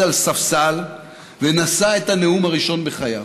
על ספסל ונשא את הנאום הראשון בחייו.